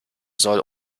soll